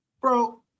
Bro